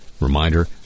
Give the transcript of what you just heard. Reminder